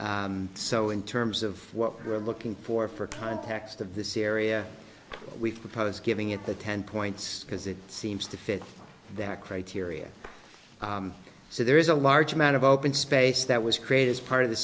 stand so in terms of what we're looking for for context of this area we've proposed giving it the ten points because it seems to fit that criteria so there is a large amount of open space that was created as part of the